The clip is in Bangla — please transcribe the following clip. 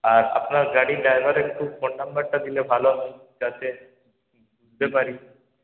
আর আপনার গাড়ির ড্রাইভারের একটু ফোন নম্বরটা দিলে ভালো হয় যাতে বুঝতে পারি